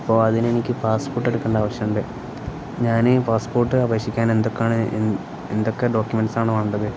അപ്പോള് അതിനെനിക്ക് പാസ്പോർട്ട് എടുക്കേണ്ട ആവശ്യമുണ്ട് ഞാന് പാസ്പോർട്ട് അപേക്ഷിക്കാൻ എന്തൊക്കെയാണ് എന്തൊക്കെ ഡോക്യമെന്റ്സാണു വേണ്ടത്